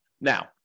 Now